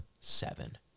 seven